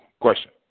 question